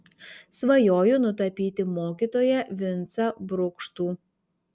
svajoju nutapyti mokytoją vincą brukštų